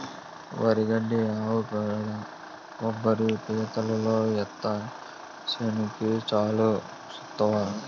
వరి గడ్డి ఆవు పేడ కొబ్బరి పీసుతో ఏత్తే సేనుకి చానా సత్తువ